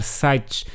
sites